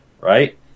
right